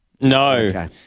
No